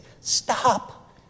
stop